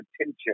attention